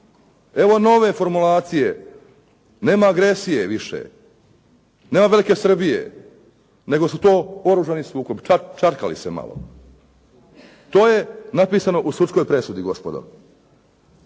Evo nove formulacije. Nema agresije više, nema "velike Srbije", nego su to oružani sukobi, čarkali se malo. To je napisano u sudskoj presudi, gospodo.